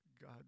God